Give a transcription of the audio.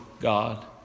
God